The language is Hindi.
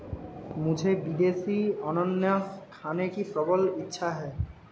मुझे विदेशी अनन्नास खाने की प्रबल इच्छा है